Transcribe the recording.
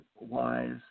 wise